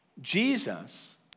Jesus